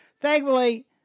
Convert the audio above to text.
Thankfully